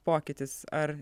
pokytis ar